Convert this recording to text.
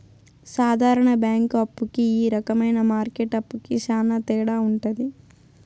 సాధారణ బ్యాంక్ అప్పు కి ఈ రకమైన మార్కెట్ అప్పుకి శ్యాన తేడా ఉంటది